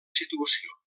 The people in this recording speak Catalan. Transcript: situació